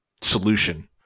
solution